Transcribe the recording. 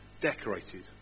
decorated